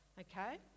okay